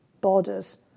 borders